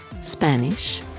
Spanish